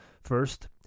First